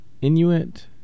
Inuit